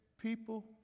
people